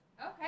Okay